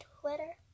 Twitter